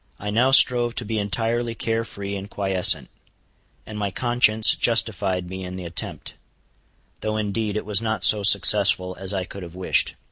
i now strove to be entirely care-free and quiescent and my conscience justified me in the attempt though indeed it was not so successful as i could have wished.